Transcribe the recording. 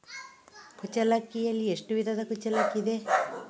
ಕುಚ್ಚಲಕ್ಕಿಯಲ್ಲಿ ಎಷ್ಟು ವಿಧದ ಕುಚ್ಚಲಕ್ಕಿ ಇದೆ?